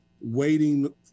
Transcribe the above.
waiting